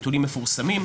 נתונים מפורסמים.